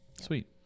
Sweet